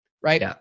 Right